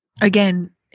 Again